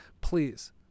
Please